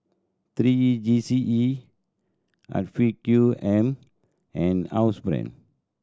three E G C E Afiq M and Housebrand